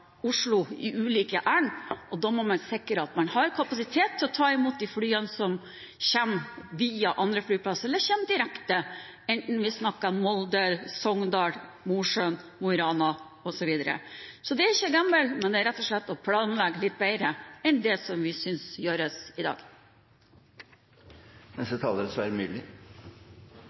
Oslo i ulike ærend, og da må man sikre at man har kapasitet til å ta imot de flyene som kommer via andre flyplasser eller kommer direkte, enten vi snakker om Molde, Sogndal, Mosjøen, Mo i Rana osv. Dette er ikke å gamble, men rett og slett å planlegge litt bedre enn det vi synes det gjøres i dag.